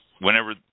whenever